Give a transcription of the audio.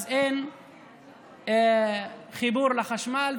אין חיבור לחשמל,